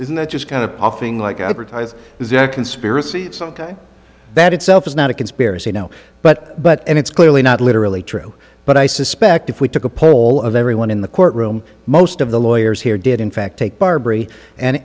isn't it just kind of offering like advertise is there a conspiracy sometimes that itself is not a conspiracy no but but it's clearly not literally true but i suspect if we took a poll of everyone in the courtroom most of the lawyers here did in fact take barbree and